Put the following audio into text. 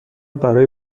برای